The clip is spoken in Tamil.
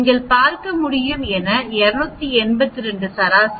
நீங்கள் பார்க்க முடியும் என 282 சராசரி